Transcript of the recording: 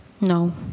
no